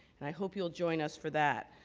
and i hope you'll join us for that.